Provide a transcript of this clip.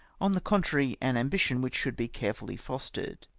on the contrary, an ambition which should be carefully fostered.